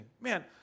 Man